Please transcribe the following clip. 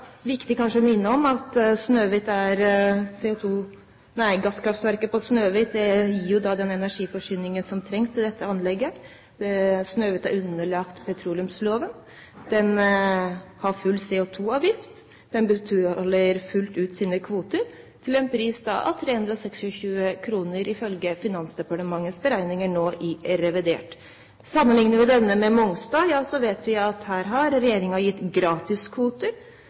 viktig å minne om at gasskraftverket på Snøhvit gir den energiforsyningen som trengs til dette anlegget. Snøhvit er underlagt petroleumsloven. Det har full CO2-avgift. Det betaler fullt ut sine kvoter – til en pris av 326 kr, ifølge Finansdepartementets beregninger nå i revidert. Sammenligner vi dette med Mongstad, vet vi at her har regjeringen gitt gratiskvoter.